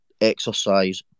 exercise